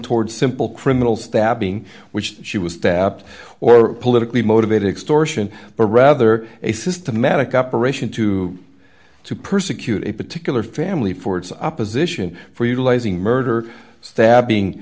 toward simple criminal stabbing which she was tapped or politically motivated extortion but rather a systematic operation to to persecute a particular family for its opposition for utilizing murder stabbing